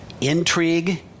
intrigue